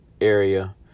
area